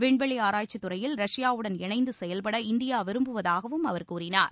விண்வெளி ஆராய்ச்சித்துறையில் ரஷ்யாவுடன் இணைந்து செயல்பட இந்தியா விரும்புவதாகவும் அவர் கூறினார்